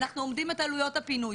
אנחנו אומרים את עלויות הפינוי.